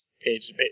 Page